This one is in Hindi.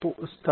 तो स्टार